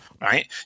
right